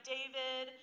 David